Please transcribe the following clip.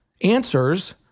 answers